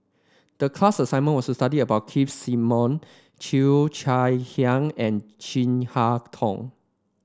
the class assignment was to study about Keith Simmon Cheo Chai Hiang and Chin Harn Tong